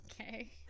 Okay